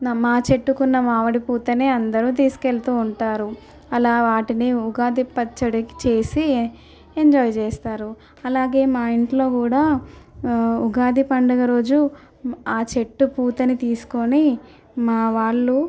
నా మా చెట్టుకున్న మామిడి పూతనే అందరూ తీసుకెళ్తూ ఉంటారు అలా వాటిని ఉగాది పచ్చడికి చేసి ఎంజాయ్ చేస్తారు అలాగే మా ఇంట్లో కూడా ఉగాది పండుగ రోజు ఆ చెట్టు పూతనే తీసుకొని మా వాళ్ళు